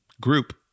group